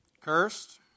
cursed